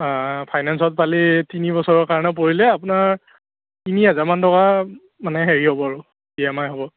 ফাইনেঞ্চত পালে তিনি বছৰৰ কাৰণেও পৰিল আপোনাৰ তিনি হাজাৰমান টকা মানে হেৰি হ'ব আৰু ই এম আই হ'ব